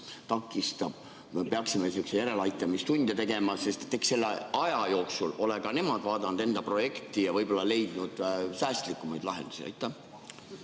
takistab või peaksime järeleaitamistunde tegema, sest eks selle aja jooksul ole ka nemad vaadanud enda projekti ja võib-olla leidnud säästlikumaid lahendusi? Tänan,